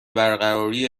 برقراری